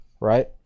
right